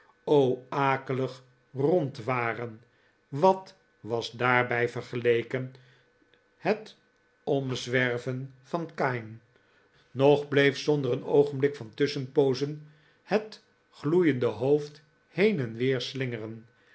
o akelig rondwaren wat was daarbij vergeleken het omzwerven van kami nog bleef zonder een oogenblik van tusschenpoozen het gloeiende hoofd heen en weer slingeren